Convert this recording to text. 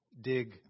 dig